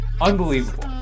unbelievable